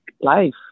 life